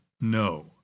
no